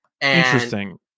Interesting